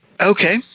Okay